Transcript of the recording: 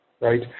Right